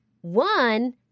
one